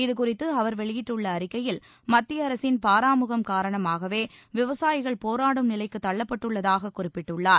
இதுகுறித்து அவர் வெளியிட்டுள்ள அறிக்கையில் மத்திய அரசின் பாராமுகம் காரணமாகவே விவசாயிகள் போராடும் நிலைக்கு தள்ளப்பட்டுள்ளதாக குறிப்பிட்டுள்ளார்